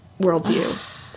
worldview